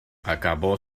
acabó